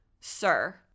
Sir